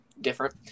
different